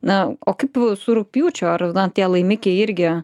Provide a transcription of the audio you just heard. na o kaip su rugpjūčiu ar na tie laimikiai irgi